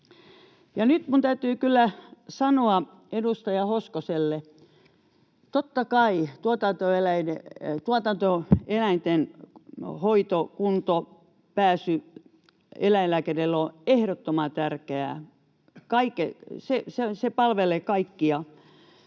nyt minun täytyy kyllä sanoa edustaja Hoskoselle: Totta kai tuotantoeläinten hoito, kunto, pääsy eläinlääkärille on ehdottoman tärkeää. Se palvelee kaikkia